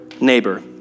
neighbor